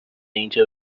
اینجا